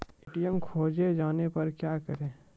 ATM खोजे जाने पर क्या करें?